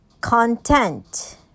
content